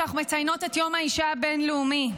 כשאנחנו מציינות את יום האישה הבין-לאומי.